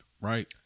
Right